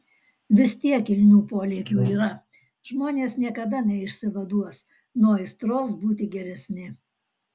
vis tiek kilnių polėkių yra žmonės niekada neišsivaduos nuo aistros būti geresni